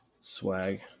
Swag